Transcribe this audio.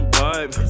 vibe